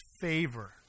favor